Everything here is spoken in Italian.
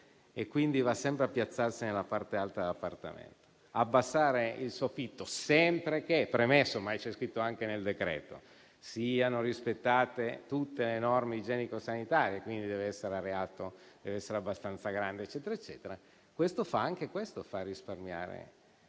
e quindi va sempre a piazzarsi nella parte alta dell'appartamento. Abbassare il soffitto, sempre che (premesso ormai c'è scritto anche nel decreto-legge) siano rispettate tutte le norme igienico-sanitarie (quindi deve essere areato e abbastanza grande), fa risparmiare